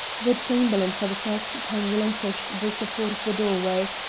the chamberlain for the first time relinquished the support of the doorway,